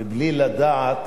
בלי לדעת